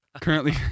currently